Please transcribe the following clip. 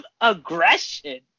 aggression